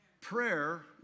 Prayer